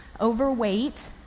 overweight